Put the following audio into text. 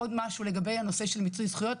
עוד משהו לגבי הנושא של מיצוי זכויות,